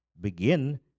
begin